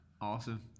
Awesome